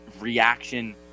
reaction